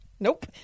Nope